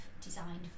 designed